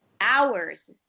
hours